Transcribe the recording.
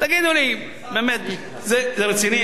תגידו לי, באמת, זה רציני?